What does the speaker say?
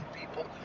people